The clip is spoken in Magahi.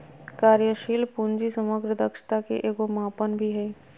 कार्यशील पूंजी समग्र दक्षता के एगो मापन भी हइ